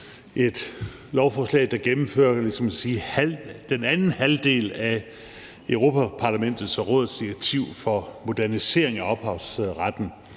et lovforslag, der gennemfører den anden halvdel af Europa-Parlamentets og Rådets direktiv for modernisering af ophavsretten